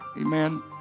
Amen